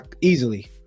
easily